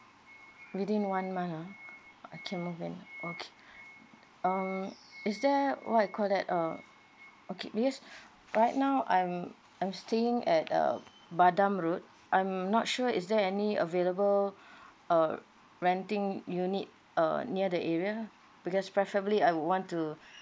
within one month ah I can move in ah okay err is there what you call that uh okay because right now I'm I'm staying at uh pandan road I'm not sure is there any available uh renting unit uh near the area because preferably I would want to